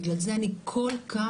בגלל זה אני כל כך